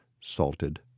salted